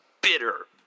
bitter